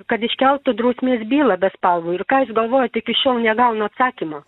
kad iškeltų drausmės bylą bespalovui ir ką jūs galvojat iki šiol negaunu atsakymo